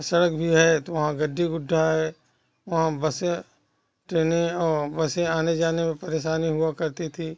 सड़क भी है तो वहाँ गड्ढी गुड्ढा है वहाँ बसे ट्रेनें बसें आने जाने में परेसानी हुआ करती थी